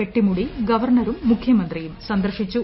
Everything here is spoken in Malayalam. പെട്ടിമുടി ഗവർണറും മുഖ്യമന്ത്രിയും സന്ദർശിച്ചു